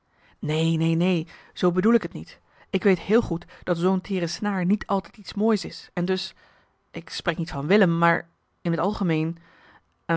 neen neen neen zoo bedoel ik t niet ik weet heel goed dat zoo'n teere snaar niet altijd iets moois is en dus ik spreek niet van willem maar in t algemeen